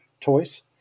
toys